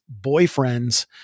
boyfriends